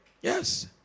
Yes